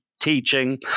teaching